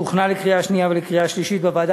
שהוכנה לקריאה שנייה ולקריאה שלישית בוועדה